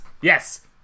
Yes